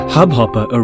Hubhopper